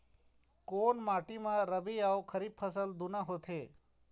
कोन माटी म रबी अऊ खरीफ फसल दूनों होत हे?